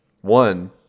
One